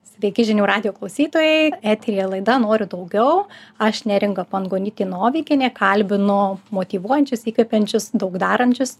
sveiki žinių radijo klausytojai eteryje laida noriu daugiau aš neringa pangonytė novikienė kalbinu motyvuojančius įkvepiančius daug darančius